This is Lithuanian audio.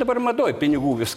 dabar madoj pinigų vis